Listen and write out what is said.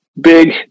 big